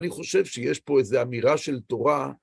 אני חושב שיש פה איזה אמירה של תורה.